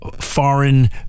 foreign